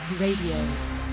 Radio